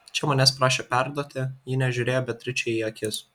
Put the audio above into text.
čia manęs prašė perduoti ji nežiūrėjo beatričei į akis